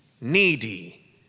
needy